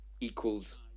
equals